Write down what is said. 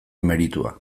meritua